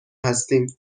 هستیم